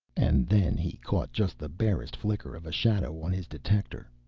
and then he caught just the barest flicker of a shadow on his detector.